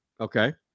Okay